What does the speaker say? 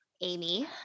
Amy